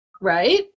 Right